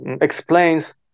explains